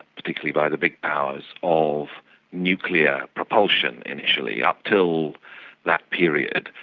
particularly by the big powers, of nuclear propulsion initially. up until that period,